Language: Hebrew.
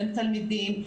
בין תלמידים,